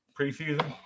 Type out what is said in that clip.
preseason